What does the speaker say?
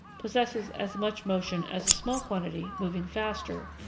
possesses as much motion as a small quantity moving faster,